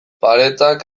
paretak